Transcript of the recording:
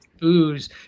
booze